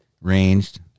ranged